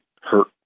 hurt